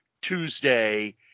Tuesday